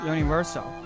Universal